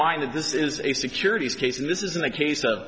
mind that this is a securities case and this isn't a case of